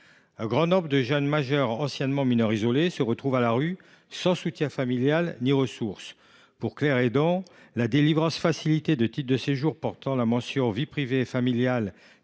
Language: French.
Un grand nombre de jeunes majeurs, anciennement mineurs isolés, se retrouvent à la rue sans soutien familial ni ressources. Pour Claire Hédon, la délivrance facilitée de titres de séjour portant la mention « vie privée et familiale »,